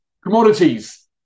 Commodities